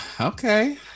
okay